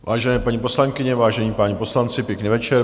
Vážené paní poslankyně, vážení páni poslanci pěkný večer.